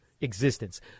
existence